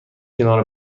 کنار